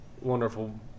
wonderful